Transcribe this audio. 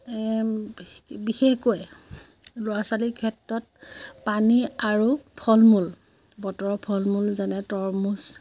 বিশেষকৈ ল'ৰা ছোৱালীৰ ক্ষেত্ৰত পানী আৰু ফল মূল বতৰৰ ফল মূল যেনে তৰমুজ